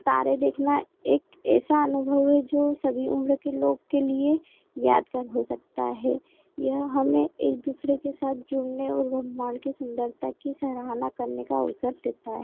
तारे देखना एक ऐसा अनुभव है जो सभी उम्र के लोग के लिए यादगार हो सकता है यह हमें एक दूसरे के साथ जुड़ने और ब्रह्मांड की सुंदरता की सराहना करने का अवसर देता है